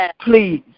please